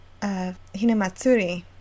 Hinamatsuri